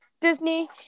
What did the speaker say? Disney